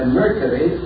mercury